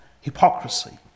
hypocrisy